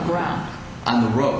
ground on the road